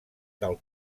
del